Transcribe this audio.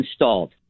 installed